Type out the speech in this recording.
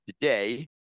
today